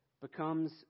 becomes